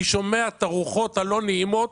אני שומע את הרוחות הלא נעימות.